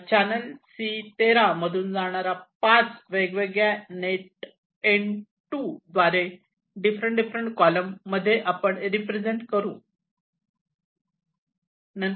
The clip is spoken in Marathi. या चॅनल C13 मधून जाणारा 5 आपण वेगळ्या नेट N2 द्वारे डिफरंट डिफरंट कॉलम मध्ये रिप्रेझेंट करू